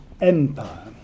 empire